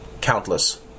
countless